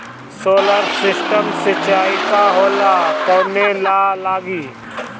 Solar system सिचाई का होला कवने ला लागी?